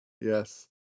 yes